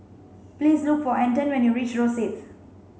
please look for Anton when you reach Rosyth